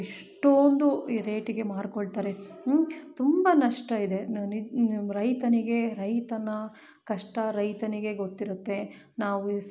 ಇಷ್ಟೊಂದು ರೇಟಿಗೆ ಮಾರಿಕೊಳ್ತಾರೆ ಹ್ಞೂ ತುಂಬ ನಷ್ಟ ಇದೆ ನನಗ್ ರೈತನಿಗೆ ರೈತನ ಕಷ್ಟ ರೈತನಿಗೆ ಗೊತ್ತಿರುತ್ತೆ ನಾವು ಈ ಸಿ